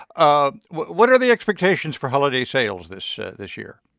ah what what are the expectations for holiday sales this this year?